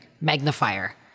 magnifier